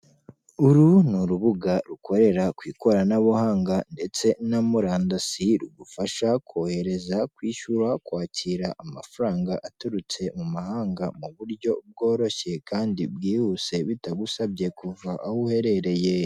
Uru ni urubuga rukorera ku ikoranabuhanga ndetse na murandasi rugufasha kohereza, kwishyura, kwakira amafaranga aturutse mu mahanga mu buryo bworoshye kandi bwihuse bitagusabye kuva aho uherereye.